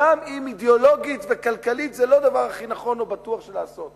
גם אם אידיאולוגית וכלכלית זה לא הדבר הכי נכון ובטוח לעשות.